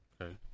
okay